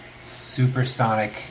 supersonic